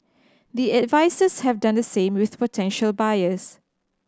the advisers have done the same with potential buyers